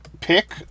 pick